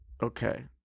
Okay